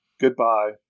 Goodbye